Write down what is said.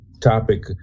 topic